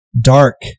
Dark